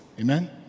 Amen